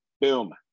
Boom